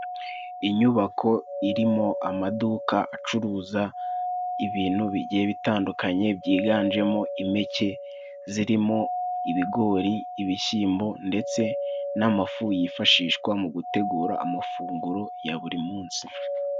Inyubako irimo amaduka acuruza ibintu bigiye bitandukanye, byiganjemo impeke. Zirimo ibigori, ibishimbo ndetse n'amafu yifashishwa mu gutegurwa amafunguro ya buri munsi.